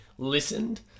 Listened